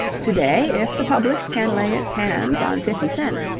to-day, if the public can lay its hands on fifty cents,